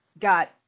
got